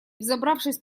взобравшись